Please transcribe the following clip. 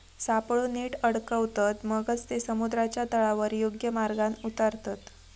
सापळो नीट अडकवतत, मगच ते समुद्राच्या तळावर योग्य मार्गान उतारतत